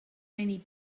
many